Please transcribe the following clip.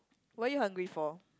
what you hungry for